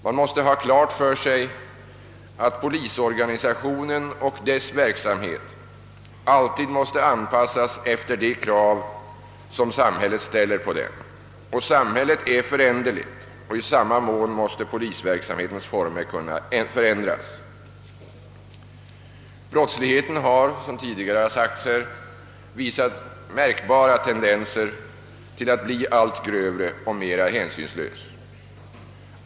Man måste ha klart för sig att polisorganisationen och dess verksamhet alltid måste anpassas efter de krav som samhället ställer. Samhället är föränderligt, och i samma mån måste polisverksamhetens former kunna förändras. Brottsligheten har, som tidigare har nämnts här, visat märkbara tendenser till att bli allt grövre och mera hänsynslös.